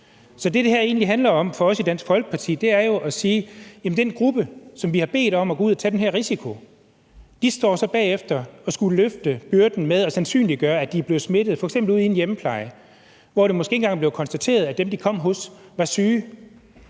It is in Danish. egentlig handler om for os i Dansk Folkeparti, er jo at sige: Den gruppe, vi har bedt om at gå ud og tage den her risiko, står så bagefter og skal løfte byrden med at sandsynliggøre, at de er blevet smittet,. f.eks. ude i hjemmeplejen, hvor det måske ikke engang er blevet konstateret, at dem, de kom hos, var syge.